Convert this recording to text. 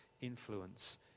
influence